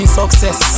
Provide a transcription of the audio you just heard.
success